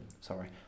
Sorry